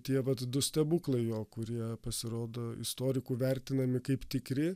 tie vat du stebuklai jo kurie pasirodo istorikų vertinami kaip tikri